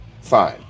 fine